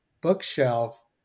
bookshelf